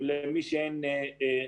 של הארנונה,